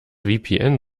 vpn